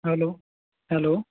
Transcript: hello hello